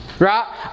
Right